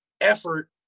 effort